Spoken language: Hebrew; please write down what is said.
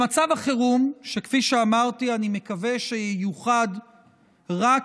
במצב החירום, שכפי שאמרתי, אני מקווה שייוחד רק